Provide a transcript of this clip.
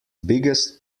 biggest